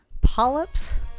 polyps